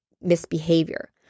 misbehavior